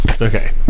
Okay